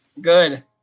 good